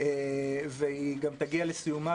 והיא גם תגיע לסיומה,